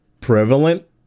prevalent